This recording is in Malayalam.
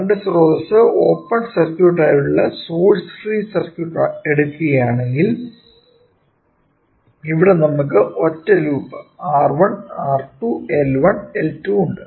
കറന്റ് സ്രോതസ്സ് ഓപ്പൺ സർക്യൂട്ട് ആയിട്ടുള്ള സോഴ്സ് ഫ്രീ സർക്യൂട്ട് എടുക്കുകയാണെങ്കിൽ ഇവിടെ നമുക്ക് ഒറ്റ loop R1 R2 L1 L2 ഉണ്ട്